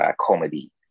comedy